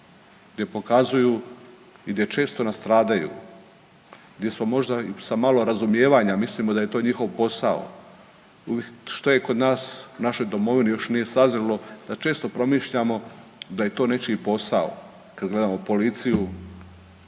gdje pokazuju i gdje često nastradaju gdje smo možda sa malo razumijevanja, mislimo da je to njihov posao što je kod nas u našoj domovini još nije sazrelo da često promišljamo da je to nečiji posao, kad gledamo policiju,